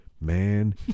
man